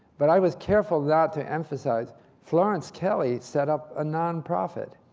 but i was careful not to emphasize florence kelly set up a nonprofit.